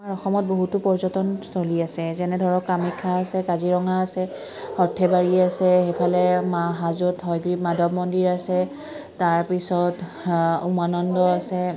আমাৰ অসমত বহুতো পৰ্যটনস্থলী আছে যেনে ধৰক কামাখ্যা আছে কাজিৰঙা আছে সৰ্থেবাৰী আছে সেইফালে হয়গ্ৰীৱ মাধৱ মন্দিৰ আছে তাৰপিছত উমানন্দ আছে